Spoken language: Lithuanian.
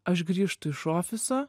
aš grįžtu iš ofiso